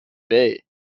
bay